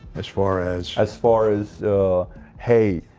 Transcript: as far as as far as hey,